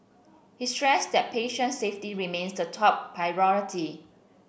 he stressed that patient safety remains the top priority